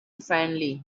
friendly